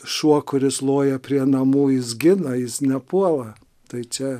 šuo kuris loja prie namų jis gina jis nepuola tai čia